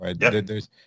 right